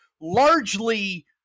largely